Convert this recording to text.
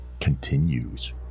continues